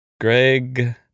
greg